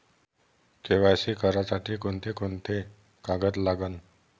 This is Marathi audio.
के.वाय.सी करासाठी कोंते कोंते कागद लागन?